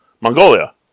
Mongolia